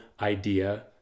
idea